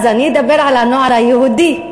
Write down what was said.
אז אני אדבר על הנוער היהודי.